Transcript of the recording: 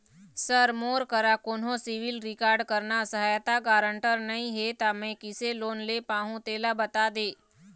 sir मोर करा कोन्हो सिविल रिकॉर्ड करना सहायता गारंटर नई हे ता मे किसे लोन ले पाहुं तेला बता दे